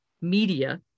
media